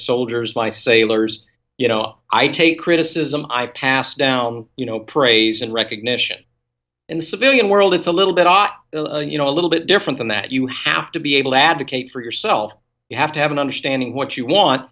soldiers my sailors you know i take criticism i pass down you know praise and recognition in the civilian world it's a little bit ott you know a little bit different than that you have to be able to advocate for yourself you have to have an understanding what you want